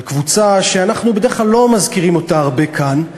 על קבוצה שאנחנו בדרך כלל לא מזכירים אותה הרבה כאן,